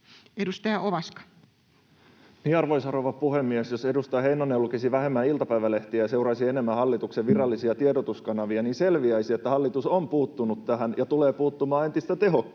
Edustaja Ovaska. Arvoisa rouva puhemies! Jos edustaja Heinonen lukisi vähemmän iltapäivälehtiä ja seuraisi enemmän hallituksen virallisia tiedotuskanavia, selviäisi, että hallitus on puuttunut tähän ja tulee puuttumaan entistä tehokkaammin.